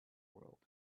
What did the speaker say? world